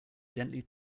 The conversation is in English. gently